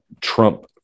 trump